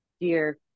dear